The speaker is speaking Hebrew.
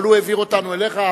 אבל הוא העביר אותנו אלינו.